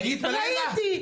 בלילה היית?